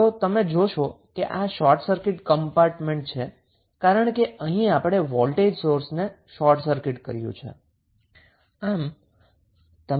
તો તમે જોશો કે આ શોર્ટ સર્કિટ કમ્પાર્ટમેન્ટ છે કારણ કે અહીં આપણે વોલ્ટેજ સોર્સને શોર્ટ સર્કિટ કર્યો છે